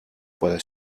puede